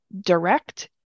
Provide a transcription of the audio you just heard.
direct